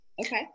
Okay